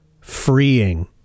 freeing